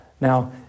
Now